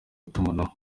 itumanaho